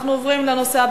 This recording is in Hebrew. אנחנו בהצבעה.